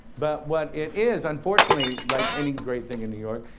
but what it is, unfortunately, like any great thing in new york,